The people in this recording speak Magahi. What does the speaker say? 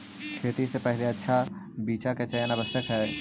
खेती से पहिले अच्छा बीचा के चयन आवश्यक हइ